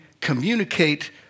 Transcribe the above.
communicate